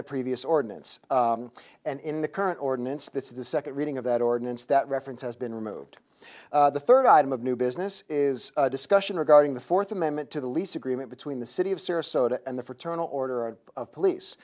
the previous ordinance and in the current ordinance that's the second reading of that ordinance that reference has been removed the third item of new business is discussion regarding the fourth amendment to the lease agreement between the city of sarasota and the fraternal order of police